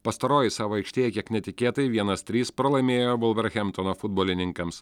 pastaroji savo aikštėje kiek netikėtai vienas trys pralaimėjo volverhemptono futbolininkams